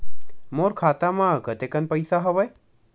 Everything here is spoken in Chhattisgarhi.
मोर खाता म कतेकन पईसा हवय?